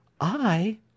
I